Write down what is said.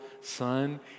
son